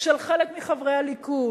של חלק מחברי הליכוד,